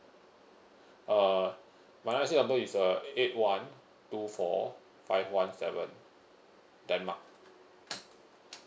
uh my I_C number is uh eight one two four five one seven denmark